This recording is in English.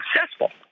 successful